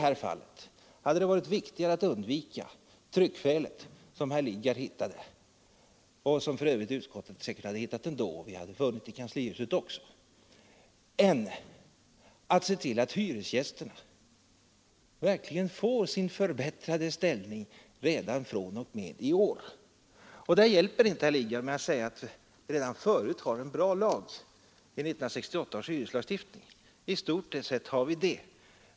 Hade det varit viktigare att undvika tryckfelet, som herr Lidgard hittade och som för övrigt utskottet säkert hade hittat ändå och vi hade funnit i kanslihuset också, än att se till att hyresgästerna verkligen får sin förbättrade ställning redan fr.o.m. i år? Det hjälper inte, herr Lidgard, att säga att vi redan förut har en bra lag i 1968 års hyreslagstiftning. I stort sett har vi det.